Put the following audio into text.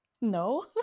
No